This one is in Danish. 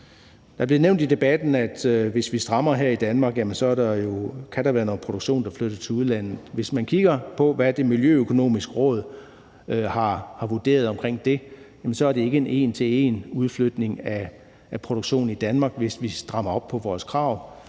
Det blev nævnt i debatten, at strammer vi kravene her i Danmark, så kan der være noget produktion, der flytter til udlandet. Hvis man kigger på, hvad Det Miljøøkonomiske Råd har vurderet omkring det, så er det ikke en en til en-udflytning af produktion fra Danmark, hvis vi strammer op på vores krav.